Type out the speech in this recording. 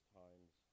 times